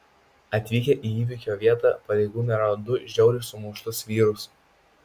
atvykę į įvykio vietą pareigūnai rado du žiauriai sumuštus vyrus